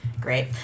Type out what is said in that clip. Great